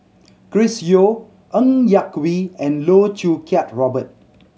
Chris Yeo Ng Yak Whee and Loh Choo Kiat Robert